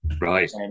Right